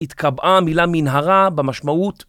התקבעה המילה מנהרה במשמעות